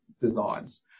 designs